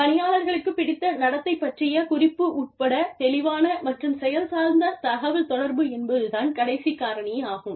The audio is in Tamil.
பணியாளர்களுக்குப் பிடித்த நடத்தை பற்றிய குறிப்பு உட்படத் தெளிவான மற்றும் செயல் சார்ந்த தகவல்தொடர்பு என்பது தான் கடைசி காரணியாகும்